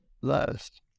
last